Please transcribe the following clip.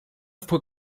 fue